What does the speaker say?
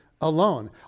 alone